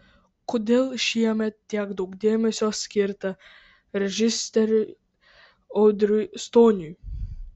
kodėl šiemet tiek daug dėmesio skirta režisieriui audriui stoniui